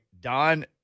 Don